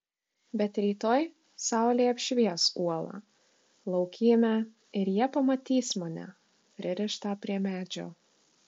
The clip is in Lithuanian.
bet rytoj saulė apšvies uolą laukymę ir jie pamatys mane pririštą prie medžio